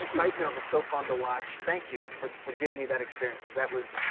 excitement was so fun to watch. thank you for for giving me that experience cause that was